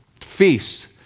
feasts